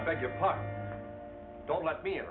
i beg your pardon don't let me